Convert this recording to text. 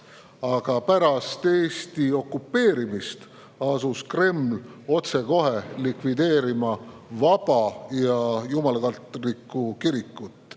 Aga pärast Eesti okupeerimist asus Kreml otsekohe vaba ja jumalakartlikku kirikut